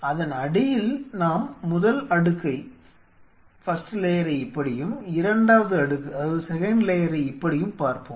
அதன் அடியில் நாம் முதல் அடுக்கை இப்படியும் இரண்டாவது அடுக்கை இப்படியும் பார்ப்போம்